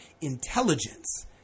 intelligence